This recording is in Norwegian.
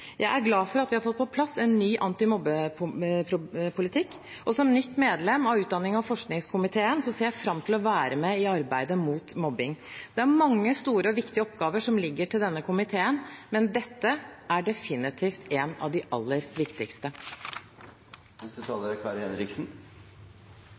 Jeg er glad for at vi har fått på plass en ny antimobbepolitikk. Som nytt medlem av utdannings- og forskningskomiteen ser jeg fram til å være med i arbeidet mot mobbing. Det er mange store og viktige oppgaver som ligger til denne komiteen, men dette er definitivt en av de aller viktigste.